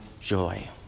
joy